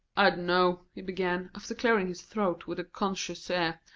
i d'know, he began, after clearing his throat, with a conscious air,